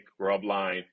GrubLine